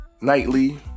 nightly